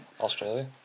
Australia